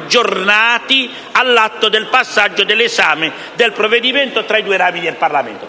aggiornati all'atto del passaggio dell'esame del provvedimento tra i due rami del Parlamento».